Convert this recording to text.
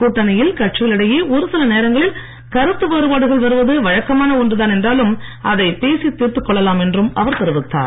கூட்டணியில் கட்சிகளிடையே ஒருசில நேரங்களில் கருந்து வேறுபாடுகள் வருவது வழக்கமான ஒன்றுதான் என்றாலும் அதை பேசித் தீர்த்துக்கொள்ளலாம் என்றும் அவர் தெரிவித்தார்